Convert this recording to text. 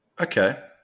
Okay